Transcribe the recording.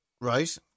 Right